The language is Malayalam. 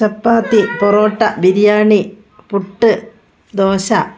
ചപ്പാത്തി പൊറോട്ട ബിരിയാണി പുട്ട് ദോശ